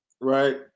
right